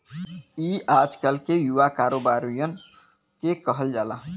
ई आजकल के युवा कारोबारिअन के कहल जाला